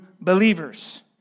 believers